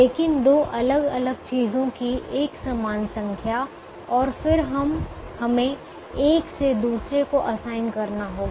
लेकिन दो अलग अलग चीजों की एक समान संख्या और फिर हमें एक से दूसरे को असाइन करना होगा